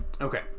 Okay